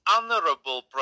honorable